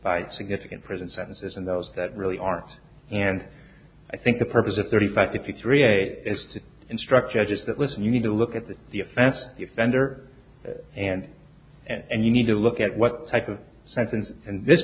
by significant prison sentences and those that really aren't and i think the purpose of thirty five fifty three eight is to instruct judges that listen you need to look at the defense defender and and you need to look at what type of sentence and this